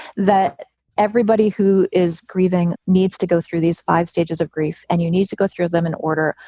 that everybody who is grieving needs to go through these five stages of grief and you need to go through them in order.